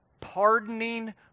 pardoning